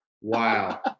Wow